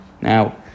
Now